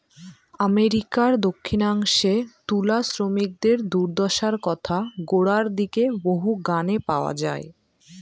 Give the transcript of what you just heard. আমেরিকার দক্ষিনাংশে তুলা শ্রমিকদের দূর্দশার কথা গোড়ার দিকের বহু গানে পাওয়া যায়